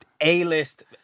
A-list